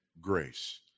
grace